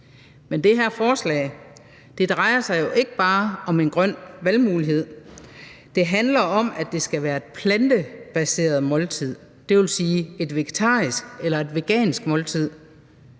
Men det her forslag drejer sig jo ikke bare om en grøn valgmulighed. Det handler om, at det skal være et plantebaseret måltid, det vil sige et vegetarisk eller et vegansk måltid.